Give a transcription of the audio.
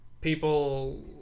people